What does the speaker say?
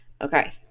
Okay